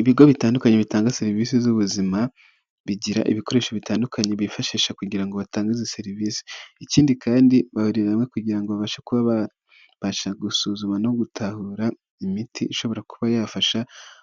Ibigo bitandukanye bitanga serivisi z'ubuzima, bigira ibikoresho bitandukanye bifashisha kugira ngo batange izo serivisi, ikindi kandi ba hamwe kugira ngo babashe kuba babasha gusuzuma no gutahura, imiti ishobora kuba yafasha